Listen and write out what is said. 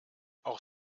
auch